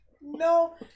No